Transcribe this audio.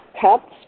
cups